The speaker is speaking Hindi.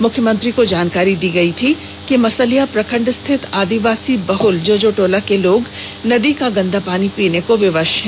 मुख्यमंत्री को जानकारी दी गयी थी कि मसलिया प्रखंड स्थित आदिवासी बहुल जोजोटोला के नदी का गंदा पानी पीने को विवष हैं